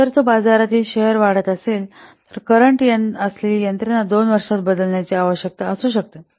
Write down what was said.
जर तो बाजारातील शेर वाढत असेल तर करंट असलेली यंत्रणा दोन वर्षात बदलण्याची आवश्यकता असू शकेल